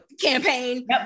campaign